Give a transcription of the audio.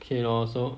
K lor so